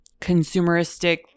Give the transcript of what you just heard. consumeristic